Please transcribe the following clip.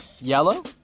yellow